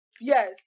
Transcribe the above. Yes